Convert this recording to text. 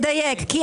שלנו,